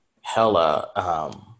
hella